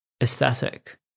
aesthetic